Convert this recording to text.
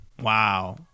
Wow